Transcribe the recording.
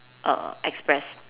err express